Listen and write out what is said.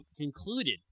concluded